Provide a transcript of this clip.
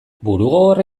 burugogorra